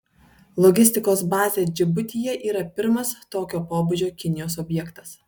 logistikos bazė džibutyje yra pirmas tokio pobūdžio kinijos objektas